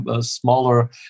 smaller